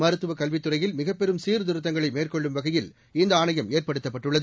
மருத்துவக் கல்வித்துறையில் மிகப் பெரும் சீர்திருத்தங்களை மேற்கொள்ளும் வகையில் இந்த ஆணையம் ஏற்படுத்தப்பட்டுள்ளது